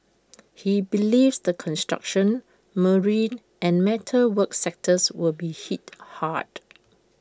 he believes the construction marine and metal work sectors will be hit hard